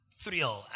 thrill